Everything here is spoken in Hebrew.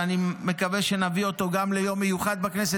ואני מקווה שנביא אותו גם ליום מיוחד בכנסת.